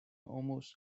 almost